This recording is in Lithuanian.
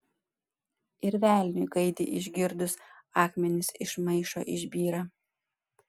ir velniui gaidį išgirdus akmenys iš maišo išbyra